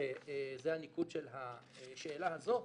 שזה הניקוד של השאלה הזאת,